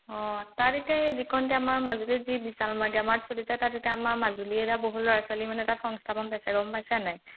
অঁ তাত তেতিয়া সেই যিখনতে আমাৰ মাজুলীত যি বিশাল মেগামাৰ্ট খুলিছে তাত এতিয়া আমাৰ মাজুলীৰ এতিয়া বহু ল'ৰা ছোৱালী মানে তাত সংস্থাপন পাইছে গম পাইছে নে নাই